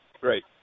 great